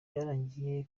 byarangiye